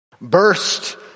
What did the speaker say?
burst